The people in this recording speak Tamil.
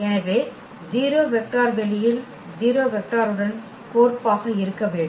எனவே 0 வெக்டர் வெளியில் 0 வெக்டாருடன் கோர்ப்பாக இருக்க வேண்டும்